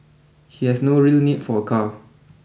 he has no real need for a car